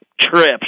trips